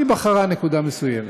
היא בחרה נקודה מסוימת.